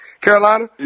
Carolina